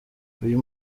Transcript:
uyu